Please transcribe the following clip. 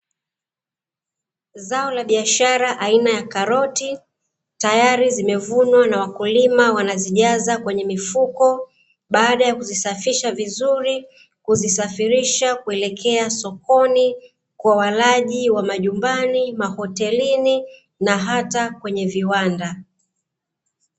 Zao la biashara aina ya karoti tayari zimevunwa na wakulima wanazijaza kwenye mifuko baada ya kuzisafisha vizuri, kuzisafirisha kuelekea sokoni kwa walaji wa majumbani, mahotelini, na hata kwenye viwanda.